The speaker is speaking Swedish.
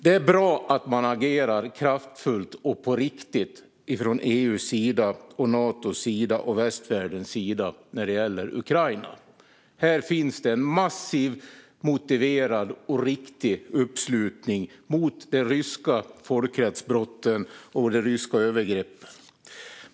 Det är bra att man agerar kraftfullt och på riktigt från EU:s, Natos och västvärldens sida när det gäller Ukraina. Här finns en massiv, motiverad och riktig uppslutning mot de ryska folkrättsbrotten och övergreppen.